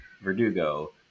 verdugo